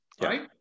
right